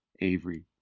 Avery